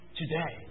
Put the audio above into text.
today